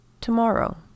tomorrow